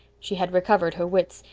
she had recovered her wits,